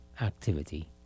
activity